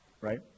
right